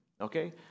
okay